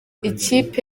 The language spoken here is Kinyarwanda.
ikipe